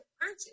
purchase